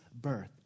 birth